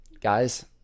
guys